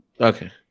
Okay